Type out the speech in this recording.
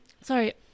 sorry